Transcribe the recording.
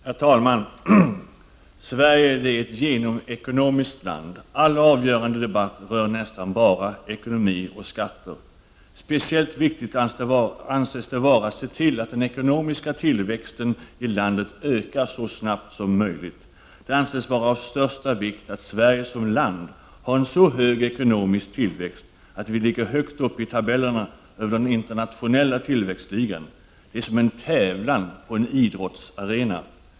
Herr talman! Sverige är ett genomekonomiskt land. All avgörande debatt rör nästan bara ekonomi och skatter. Speciellt viktigt anses det vara att se till att den ekonomiska tillväxten i landet ökar så snabbt som möjligt. Det anses vara av största vikt att Sverige som nation har en så hög ekonomisk tillväxt att vi ligger högt uppe i tabellerna över den internationella tillväxtligan. Det är som en tävlan på en idrottsarena.